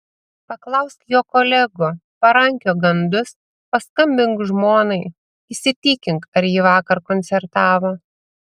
paklausk jo kolegų parankiok gandus paskambink žmonai įsitikink ar ji vakar koncertavo